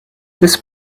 this